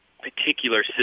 particular